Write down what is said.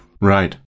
Right